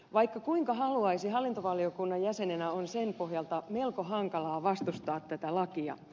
vaikka kuinka haluaisi hallintovaliokunnan jäsenenä on sen pohjalta melko hankalaa vastustaa tätä lakia